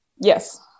Yes